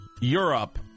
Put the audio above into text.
Europe